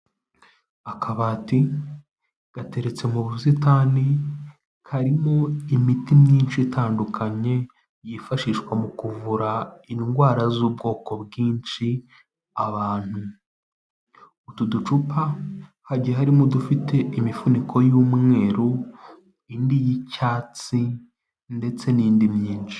Akabati gateretse mu busitani karimo imiti myinshi itandukanye yifashishwa mu kuvura indwara z'ubwoko bwinshi abantu utu ducupa hagiye harimo dufite imifuniko y'umweru indi y'icyatsi ndetse n'indi myinshi.